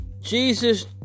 Jesus